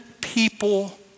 people